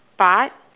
but